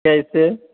कैसे